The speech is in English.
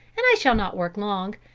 and i shall not work long.